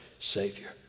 Savior